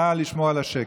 נא לשמור על השקט.